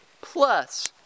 plus